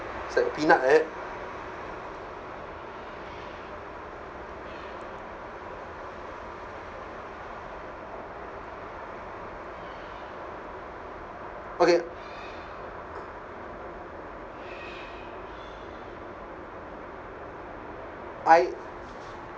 it's like a peanut right okay I